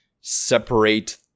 separate